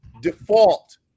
default